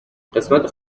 قسمت